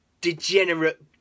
degenerate